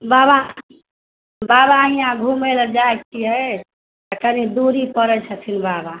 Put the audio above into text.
बाबा बाबा इहाँ घूमैले जाइके हइ कनि दूरी पड़ै छथिन बाबा